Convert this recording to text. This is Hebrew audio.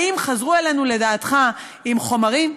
האם חזרו אלינו לדעתך עם חומרים?